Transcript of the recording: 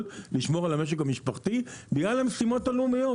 לשמור על המשק המשפחתי בגלל המשימות הלאומיות,